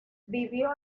vivió